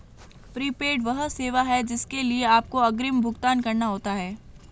prepaid वह सेवा है जिसके लिए आपको अग्रिम भुगतान करना होता है